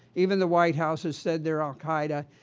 even the white house has said they're al-qaeda.